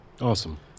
Awesome